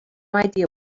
idea